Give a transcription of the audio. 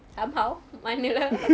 somehow mana lah